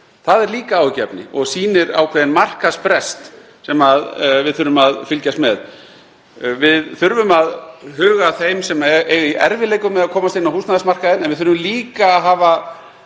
Það er líka áhyggjuefni og sýnir ákveðinn markaðsbrest sem við þurfum að fylgjast með. Við þurfum að huga að þeim sem eiga í erfiðleikum með að komast inn á húsnæðismarkaðinn (Forseti hringir.) en við þurfum líka að hafa